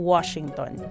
Washington